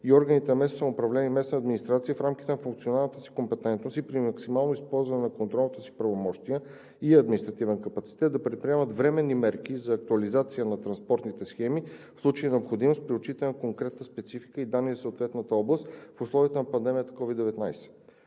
и органите на местното самоуправление и местната администрация в рамките на функционалната си компетентност и при максимално използване на контролните си правомощия и административен капацитет да предприемат временни мерки за актуализация на транспортните схеми, в случай на необходимост при отчитане на конкретната специфика и данни за съответната област в условията на пандемията COVID-19.